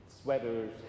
sweaters